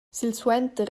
silsuenter